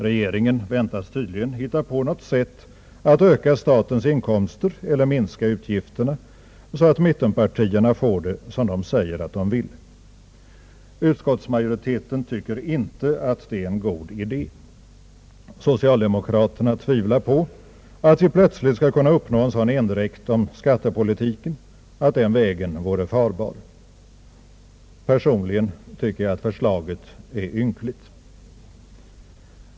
Regeringen väntas tydligen hitta på något sätt att öka statens inkomster eller minska utgifterna, så att mittenpartierna får det som de säger att de vill ha det. Utskottsmajoriteten tycker inte att det är en god idé. Socialdemokraterna tvivlar på att vi plötsligt skall kunna uppnå en sådan endräkt om skattepolitiken att den vägen vore farbar. Personligen tycker jag att förslaget är ynkligt.